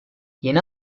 yeni